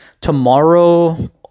Tomorrow